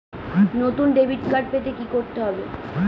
নতুন debit card পেতে কী করতে হবে?